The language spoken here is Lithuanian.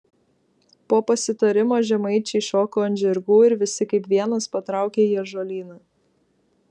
po pasitarimo žemaičiai šoko ant žirgų ir visi kaip vienas patraukė į ąžuolyną